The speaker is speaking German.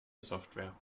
software